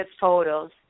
photos